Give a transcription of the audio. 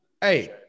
hey